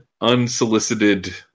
unsolicited